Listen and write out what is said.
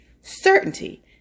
Certainty